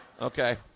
Okay